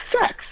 sex